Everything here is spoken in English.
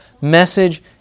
message